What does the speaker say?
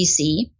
DC